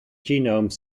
genome